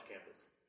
campus